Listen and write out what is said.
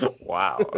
Wow